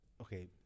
okay